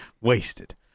Wasted